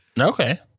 Okay